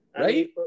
Right